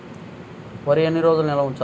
వరి ఎన్ని రోజులు నిల్వ ఉంచాలి?